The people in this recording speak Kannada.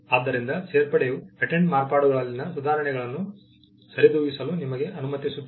ಆದ್ದರಿಂದ ಸೇರ್ಪಡೆಯ ಪೇಟೆಂಟ್ ಮಾರ್ಪಾಡುಗಳಲ್ಲಿನ ಸುಧಾರಣೆಗಳನ್ನು ಸರಿದೂಗಿಸಲು ನಿಮಗೆ ಅನುಮತಿಸುತ್ತದೆ